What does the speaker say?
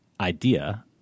idea –